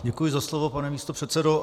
Děkuji za slovo, pane místopředsedo.